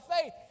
faith